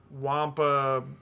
Wampa